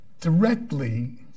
directly